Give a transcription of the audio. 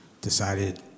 decided